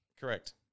Correct